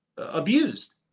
abused